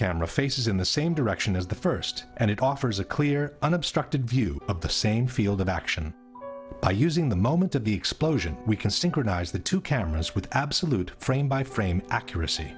camera faces in the same direction as the first and it offers a clear unobstructed view of the same field of action by using the moment of the explosion we can synchronize the two cameras with absolute frame by frame accuracy